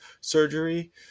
surgery